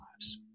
lives